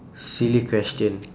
silly question